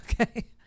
okay